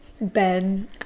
Ben